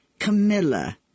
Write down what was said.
Camilla